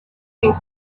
seemed